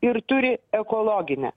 ir turi ekologinę